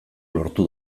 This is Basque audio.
lortu